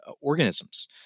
organisms